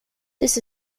this